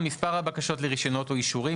מספר הבקשות לרישיונות או לאישורים,